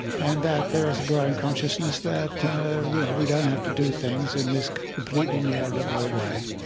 and that there is a growing consciousness that you know we don't have to do things in this completely neoliberal way.